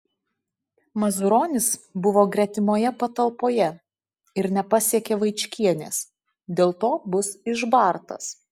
mazuronis buvo gretimoje patalpoje ir nepasiekė vaičkienės dėl to bus išbartas